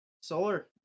Solar